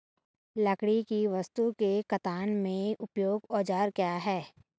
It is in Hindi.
लकड़ी की वस्तु के कर्तन में उपयोगी औजार क्या हैं?